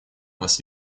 вас